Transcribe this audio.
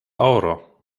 oro